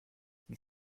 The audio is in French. qui